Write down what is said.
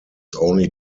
only